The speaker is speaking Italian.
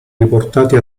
riportate